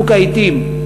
צוק העתים.